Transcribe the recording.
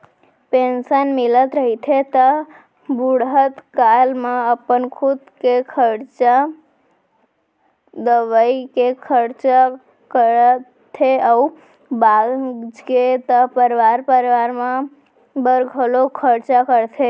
pension मिलत रहिथे त बुड़हत काल म अपन खुदे के खरचा, दवई के खरचा करथे अउ बाचगे त परवार परवार बर घलोक खरचा करथे